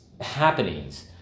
happenings